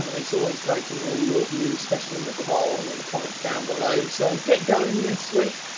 um it's always great to hear your views especially in the poll and in the comments down below, so get going this week.